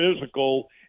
physical